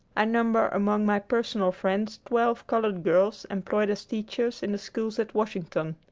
i number among my personal friends twelve colored girls employed as teachers in the schools at washington.